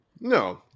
No